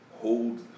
hold